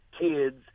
kids